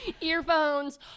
Earphones